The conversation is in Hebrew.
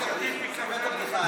תספר לו בדיחה עליו.